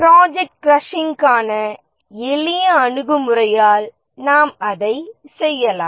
project கிராஷிங்கை எளிய அணுகுமுறையால் நாம் அதைச் செய்யலாம்